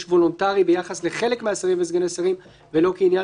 וולונטרי ביחס לחלק מהשרים וסגני השרים ולא כעניין